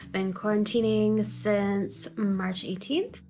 been quarantining since march eighteenth.